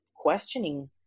Questioning